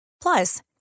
Plus